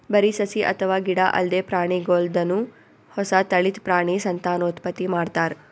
ಬರಿ ಸಸಿ ಅಥವಾ ಗಿಡ ಅಲ್ದೆ ಪ್ರಾಣಿಗೋಲ್ದನು ಹೊಸ ತಳಿದ್ ಪ್ರಾಣಿ ಸಂತಾನೋತ್ಪತ್ತಿ ಮಾಡ್ತಾರ್